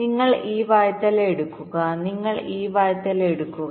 നിങ്ങൾ ഈ വായ്ത്തല എടുക്കുക നിങ്ങൾ ഈ വായ്ത്തല എടുക്കുക